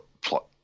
plot